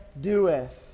doeth